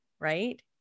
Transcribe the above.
right